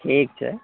ठीक छै